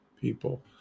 people